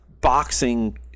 boxing